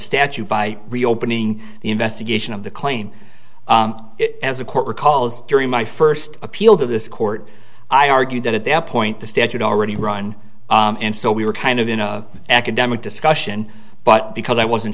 statute by reopening the investigation of the claim it as a court recalls during my first appeal to this court i argued that at that point the statute already run and so we were kind of in a academic discussion but because i wasn't